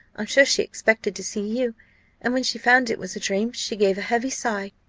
i'm sure she expected to see you and when she found it was a dream, she gave a heavy sigh,